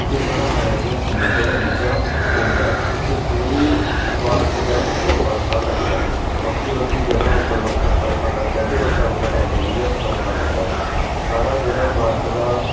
एह् साढ़े अरेबियन समुंदर बिच्चा औंदा ते पूरी भारत दे उप्पर बरखा करदा ऐ बक्ख बक्खरी जगह् उप्पर बक बरखा करदा ऐ ते बक्खरा बक्खरा टैमै दी गै बरखा करदा ऐ साढ़ा जेह्ड़ा भारत दा